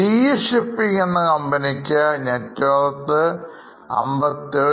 GE shipping എന്ന കമ്പനിക്ക് networth 57 ആണ്